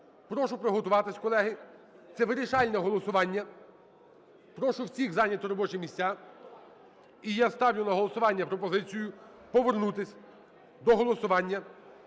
Прошу приготуватися, колеги, це вирішальне голосування, прошу всіх зайняти робочі місця. І я ставлю на голосування пропозицію повернутися до голосування